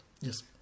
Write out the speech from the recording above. Yes